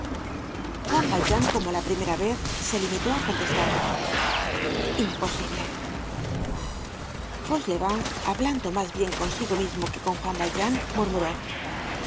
juan valjean como la primera vez se limitó á contestar imposible fauchelevent hablando mas bien consigo mismo que con juan valjean murmuró